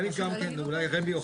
אולי רמ"י?